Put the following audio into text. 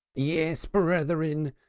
yes, brethren,